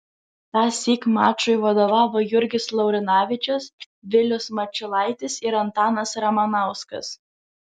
tąsyk mačui vadovavo jurgis laurinavičius vilius mačiulaitis ir antanas ramanauskas